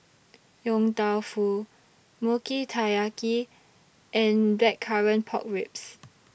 Yong Tau Foo Mochi Taiyaki and Blackcurrant Pork Ribs